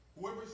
Whoever